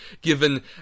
given